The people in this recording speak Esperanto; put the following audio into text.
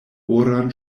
oran